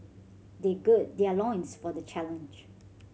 they gird their loins for the challenge